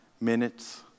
minutes